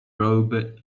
robert